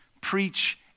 preach